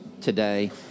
today